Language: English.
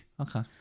okay